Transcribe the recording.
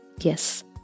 Yes